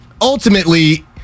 ultimately